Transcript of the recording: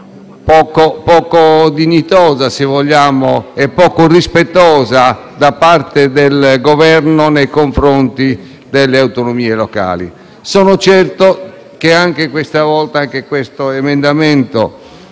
poco dignitoso e poco rispettoso da parte del Governo nei confronti delle autonomie locali. Sono certo che anche questa volta l'emendamento